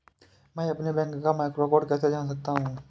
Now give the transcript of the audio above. मैं अपने बैंक का मैक्रो कोड कैसे जान सकता हूँ?